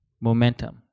momentum